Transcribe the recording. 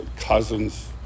cousins